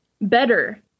better